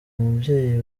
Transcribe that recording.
umubyeyi